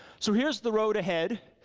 so here's the road ahead.